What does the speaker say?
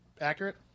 accurate